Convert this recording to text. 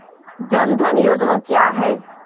जन धन योजना क्या है?